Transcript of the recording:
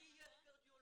לי יש קרדיולוג,